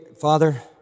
Father